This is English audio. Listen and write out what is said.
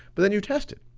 but, then you test it.